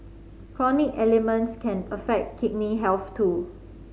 chronic ailments can affect kidney health too